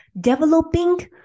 developing